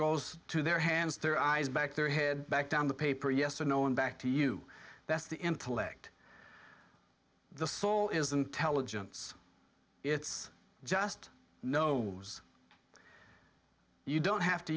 goes to their hands their eyes back their head back down the paper yes or no and back to you that's the intellect the soul is the intelligence it's just no you don't